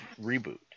reboot